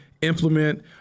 implement